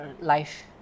Life